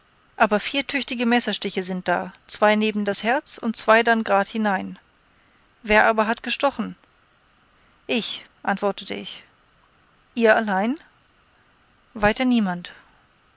aber vier tüchtige messerstiche sind da zwei neben das herz und zwei dann grad hinein wer aber hat gestochen ich antwortete ich ihr allein weiter niemand